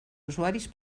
usuaris